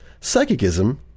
Psychicism